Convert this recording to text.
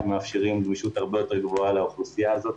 ומאפשרים גמישות הרבה יותר גבוהה לאוכלוסייה הזאת.